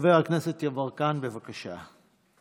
חבר הכנסת יברקן, בבקשה.